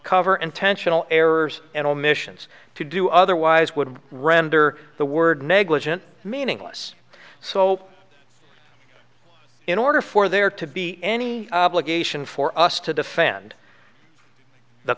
cover intentional errors and omissions to do otherwise would render the word negligent meaningless so in order for there to be any obligation for us to defend the